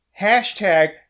hashtag